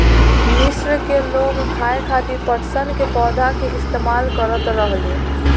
मिस्र के लोग खाये खातिर पटसन के पौधा के इस्तेमाल करत रहले